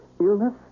Illness